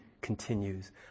continues